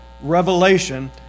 revelation